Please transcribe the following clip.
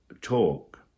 talk